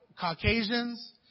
Caucasians